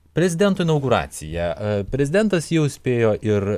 prezidento inauguracija prezidentas jau spėjo ir